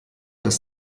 das